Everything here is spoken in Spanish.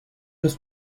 los